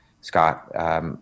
Scott